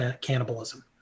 cannibalism